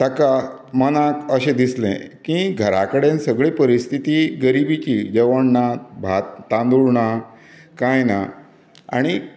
ताका मनाक अशें दिसलें की घरा कडेन सगळीं परिस्थिती ही गरिबीची जेवण ना भात तांदूळ ना कांय ना आनी